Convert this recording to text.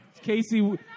Casey